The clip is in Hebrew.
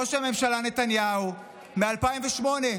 ראש הממשלה נתניהו, מ-2008.